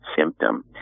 symptom